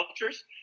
cultures